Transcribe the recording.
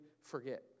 forget